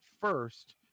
first